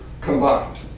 combined